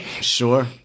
Sure